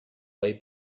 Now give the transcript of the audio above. way